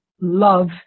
love